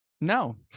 No